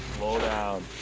down.